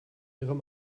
ihrem